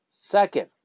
Second